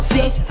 See